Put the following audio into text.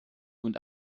und